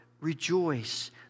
rejoice